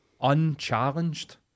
unchallenged